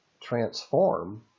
transform